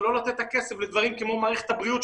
ולא לתת את הכסף לדברים כמו מערכת הבריאות,